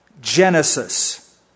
genesis